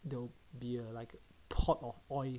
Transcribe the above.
it'll be like pot of oil